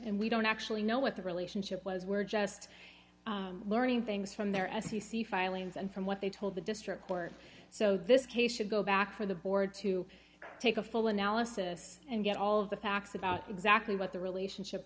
and we don't actually know what the relationship was we're just learning things from their f c c filings and from what they told the district court so this case should go back for the board to take a full analysis and get all of the facts about exactly what the relationship